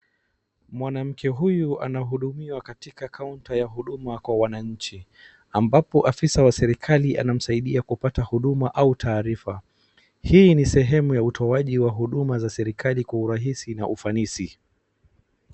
Mwanamke huyu anahudumiwa katika kaunta ya huduma kwa wananchi ambapo afisa wa serikali anamsaidia kupata huduma au taarifa. Hii ni sehemu ya utoaji wa huduma za serikali kwa urahisi na ufanisi.